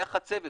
היה חצבת,